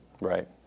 Right